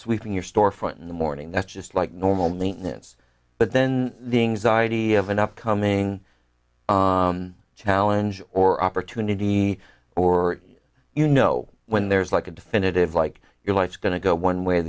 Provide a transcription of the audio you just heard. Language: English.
sweeping your storefront in the morning that's just like normal maintenance but then the anxiety of an upcoming challenge or opportunity or you know when there's like a definitive like your life's going to go one way or